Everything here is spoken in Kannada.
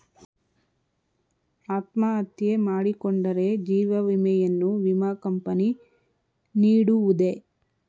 ಅತ್ಮಹತ್ಯೆ ಮಾಡಿಕೊಂಡರೆ ಜೀವ ವಿಮೆಯನ್ನು ವಿಮಾ ಕಂಪನಿ ನೀಡುವುದೇ?